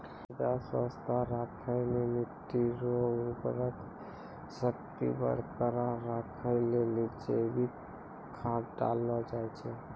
मृदा स्वास्थ्य राखै मे मट्टी रो उर्वरा शक्ति बरकरार राखै लेली जैविक खाद डाललो जाय छै